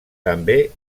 també